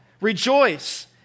rejoice